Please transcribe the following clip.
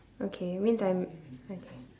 okay means I'm okay